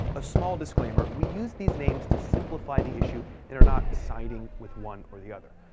a small disclaimer we use these names to simplify the issue and are not siding with one or the other.